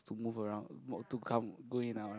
to move around to come go in and out ah